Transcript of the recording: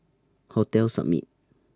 Hotel Summit